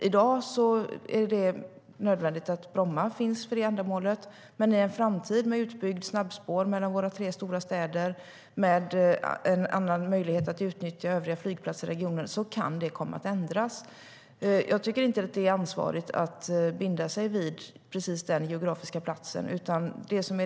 I dag är det nödvändigt att Bromma finns för det ändamålet, men i en framtid med utbyggt snabbspår mellan våra tre stora städer och med en annan möjlighet att utnyttja övriga flygplatser i regionen kan det komma att ändras. Jag tycker inte att det är ansvarigt att binda sig vid precis den geografiska platsen.